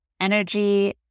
energy